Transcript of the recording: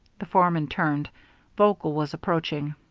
the foreman turned vogel was approaching.